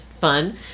Fun